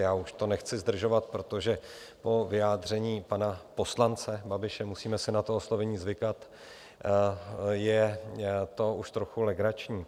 Já už to nechci zdržovat, protože po vyjádření pana poslance Babiše musíme si na to oslovení zvykat je to už trochu legrační.